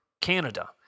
Canada